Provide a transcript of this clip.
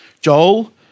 Joel